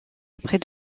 après